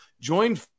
join